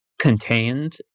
contained